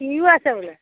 কিনিও আছে বোলে